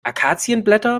akazienblätter